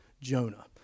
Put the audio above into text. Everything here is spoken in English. Jonah